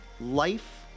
life